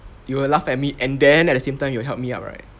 you will laugh at me and then at the same time you will help me out right